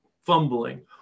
fumbling